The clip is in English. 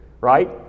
right